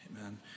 Amen